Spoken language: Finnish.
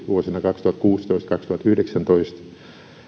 vuosina kaksituhattakuusitoista viiva kaksituhattayhdeksäntoista